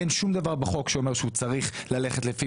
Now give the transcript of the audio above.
אין שום דבר בחוק שאומר שהוא צריך ללכת לפי